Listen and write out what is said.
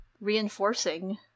reinforcing